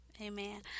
amen